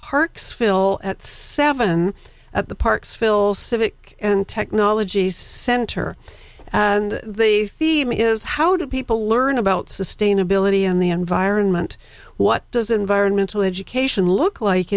fill at seven at the parks phil civic and technology center and the theme is how do people learn about sustainability and the environment what does environmental education look like